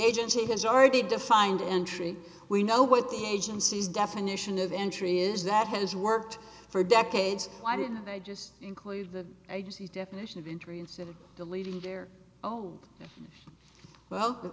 agency has already defined entry we know what the agency's definition of entry is that has worked for decades why didn't they just include the agency's definition of injury instead of believing their own well